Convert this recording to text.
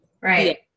right